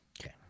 Okay